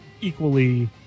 equally